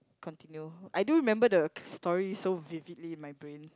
continue I do remember the story so vividly in my brain